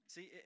See